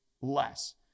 less